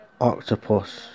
octopus